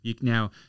Now